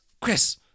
Chris